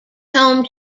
home